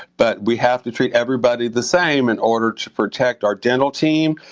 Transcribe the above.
but we have to treat everybody the same in order to protect our dental team,